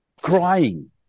crying